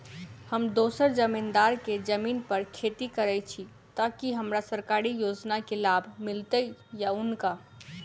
हम दोसर जमींदार केँ जमीन पर खेती करै छी तऽ की हमरा सरकारी योजना केँ लाभ मीलतय या हुनका?